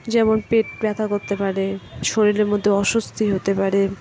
যেমন পেট ব্যথা করতে পারে শরীরের মধ্যে অস্বস্তি হতে পারে